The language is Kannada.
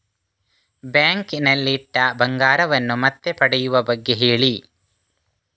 ಬ್ಯಾಂಕ್ ನಲ್ಲಿ ಇಟ್ಟ ಬಂಗಾರವನ್ನು ಮತ್ತೆ ಪಡೆಯುವ ಬಗ್ಗೆ ಹೇಳಿ